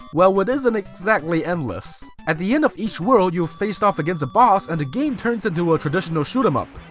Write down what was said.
well, it isn't exactly endless. at the end of each world you'll face off against a boss and the game turns into a traditional shoot-em-up.